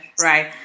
right